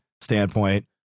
standpoint